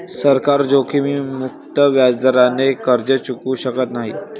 सरकार जोखीममुक्त व्याजदराने कर्ज चुकवू शकत नाही